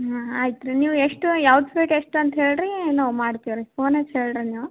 ಹಾಂ ಆಯ್ತು ರೀ ನೀವು ಎಷ್ಟು ಯಾವ್ದು ಸ್ವೀಟ್ ಎಷ್ಟು ಅಂತ ಹೇಳಿ ರೀ ನಾವು ಮಾಡ್ತೀವಿ ರೀ ಫೋನ್ ಹಚ್ಚಿ ಹೇಳಿ ರೀ ನೀವು